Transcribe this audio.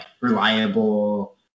reliable